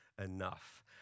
Enough